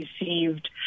received